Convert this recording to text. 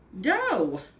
dough